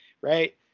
right